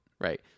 Right